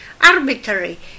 arbitrary